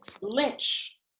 Lynch